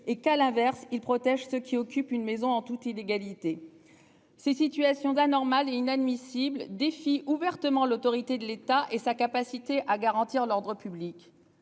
et qu'à l'inverse il protège ceux qui occupent une maison en toute illégalité. Ces situations d'anormal et inadmissible défient ouvertement l'autorité de l'État et sa capacité à garantir l'ordre public.